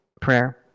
prayer